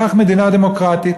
כך במדינה דמוקרטית.